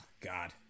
God